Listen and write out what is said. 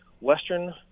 Western